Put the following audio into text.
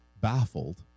baffled